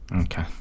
okay